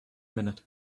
minute